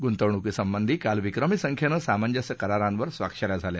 गुंतवणुकीसंबंधी काल विक्रमी संख्येनं सामंजस्य करारांवर स्वाक्ष या झाल्या